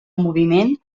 moviment